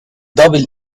double